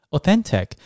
Authentic